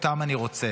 אותן אני רוצה.